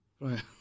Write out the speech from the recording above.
Right